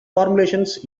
formulations